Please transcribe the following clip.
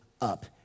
up